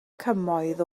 cymoedd